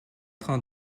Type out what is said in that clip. train